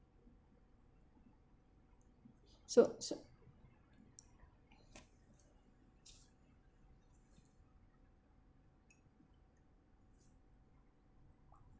so so